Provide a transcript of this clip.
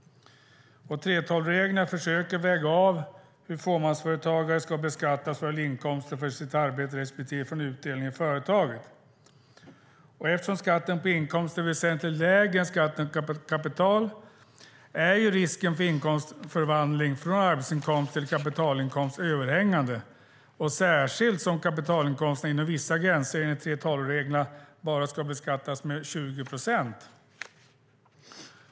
3:12-reglerna försöker väga av hur fåmansföretagare ska beskattas vad gäller inkomster från sitt arbete respektive utdelning i företaget. Eftersom skatten på inkomster är väsentligt högre än skatten på kapital är risken för inkomstförvandling från arbetsinkomst till kapitalinkomst överhängande, särskilt som kapitalinkomsten inom vissa gränser enligt 3:12-reglerna bara ska beskattas med 20 procent.